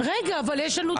רגע, אבל יש לנו דיון.